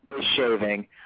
shaving